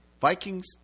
Vikings